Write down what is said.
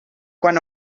quan